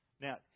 Now